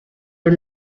are